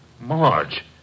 Marge